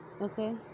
Okay